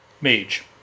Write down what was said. Mage